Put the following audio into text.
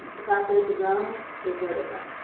the fact that it's a drone is no different.